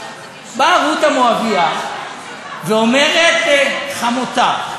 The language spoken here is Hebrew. באה רות המואבייה ואומרת לחמותה,